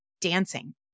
dancing